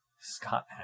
Scott